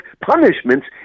punishments